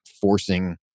forcing